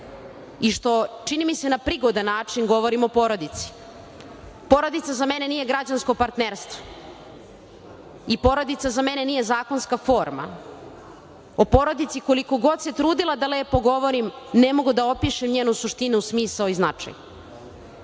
i što, čini mi se, na prigodan način govorim o porodici. Porodica za mene nije građansko partnerstvo i porodica za mene nije zakonska forma. O porodici, koliko god se trudila da lepo govorim, ne mogu da opišem njenu suštinu, smisao i značaj. Sasvim